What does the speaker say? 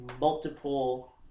multiple